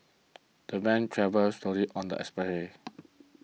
the van travelled slowly on the expressway